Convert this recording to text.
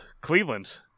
cleveland